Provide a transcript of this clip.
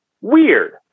weird